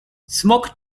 smok